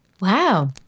Wow